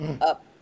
Up